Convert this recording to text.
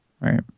right